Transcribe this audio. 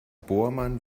bohrmann